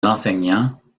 enseignants